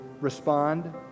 respond